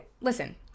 listen